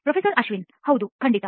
professor Ashwin ಹೌದು ಖಂಡಿತ